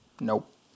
Nope